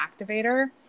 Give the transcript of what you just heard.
activator